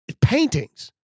Paintings